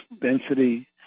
density